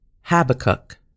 Habakkuk